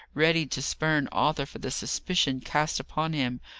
ready to spurn arthur for the suspicion cast upon him,